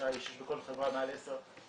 25-20 איש בכל חברה מעל עשרה,